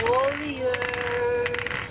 Warriors